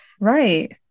right